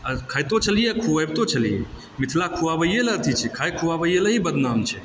खाइतो छलिऐ आ खुआबितो छलिऐ मिथिला खुआबैएला अथी छै खाइ खुआबैएला ही बदनाम छै